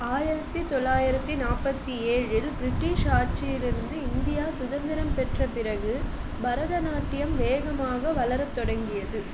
ஆயிரத்தி தொள்ளாயிரத்தி நாற்பத்தி ஏழில் ப்ரிட்டிஷ் ஆட்சியிலிருந்து இந்தியா சுதந்திரம் பெற்ற பிறகு பரதநாட்டியம் வேகமாக வளரத்தொடங்கியது